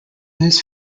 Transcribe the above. his